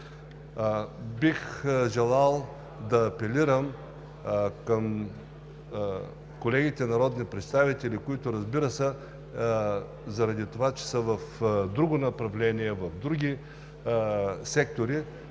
Бих желал да апелирам към колегите народни представители, които, разбира се, заради това че са в друго направление, в други сектори,